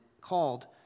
called